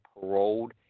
paroled